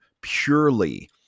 purely